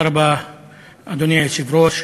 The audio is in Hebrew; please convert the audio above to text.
אדוני היושב-ראש,